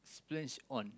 spends on